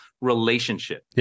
relationship